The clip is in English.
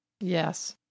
Yes